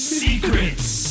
secrets